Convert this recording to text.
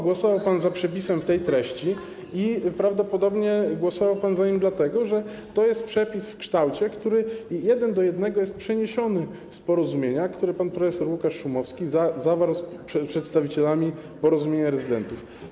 głosował pan za przepisem tej treści i prawdopodobnie głosował pan za nim dlatego, że to jest przepis w kształcie, który jeden do jednego jest przeniesiony z porozumienia, które pan prof. Łukasz Szumowski zawarł z przedstawicielami porozumienia rezydentów.